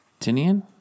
Tinian